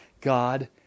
God